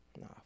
nah